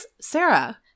Sarah